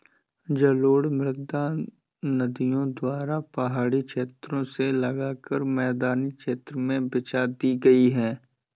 जलोढ़ मृदा नदियों द्वारा पहाड़ी क्षेत्रो से लाकर मैदानी क्षेत्र में बिछा दी गयी है